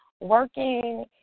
working